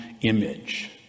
image